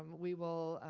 we will,